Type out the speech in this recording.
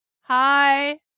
Hi